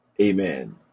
Amen